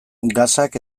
gasak